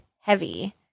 heavy